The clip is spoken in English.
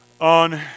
On